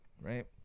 right